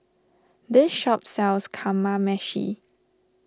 this shop sells Kamameshi